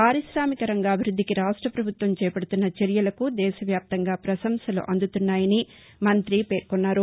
పార్కితామిక రంగ అభివృద్దికి రాష్ట ప్రభుత్వం చేపడుతున్న చర్యలకు దేశవ్యాప్తంగా ప్రశంసలు అందుతున్నాయని మంత్రి పేర్కొన్నారు